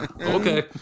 Okay